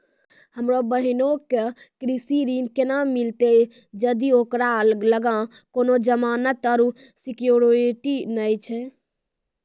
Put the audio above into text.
हमरो बहिनो के कृषि ऋण केना मिलतै जदि ओकरा लगां कोनो जमानत आरु सिक्योरिटी नै छै?